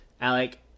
alec